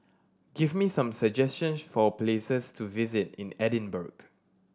give me some suggestions for places to visit in Edinburgh